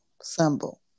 symbol